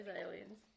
aliens